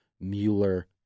Mueller